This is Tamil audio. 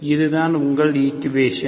இதுதான் உங்கள் ஈக்குவேஷன்